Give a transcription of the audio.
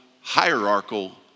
hierarchical